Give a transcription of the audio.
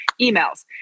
emails